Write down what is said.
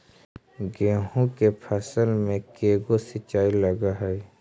गेहूं के फसल मे के गो सिंचाई लग हय?